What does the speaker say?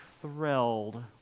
thrilled